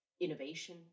innovation